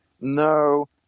no